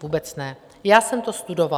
Vůbec ne, já jsem to studovala.